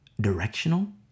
directional